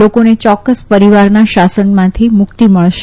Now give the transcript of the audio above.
લોકોને ચોક્કસ પરિવારના શાસનમાંથી મુક્તિ મળશે